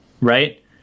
right